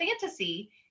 fantasy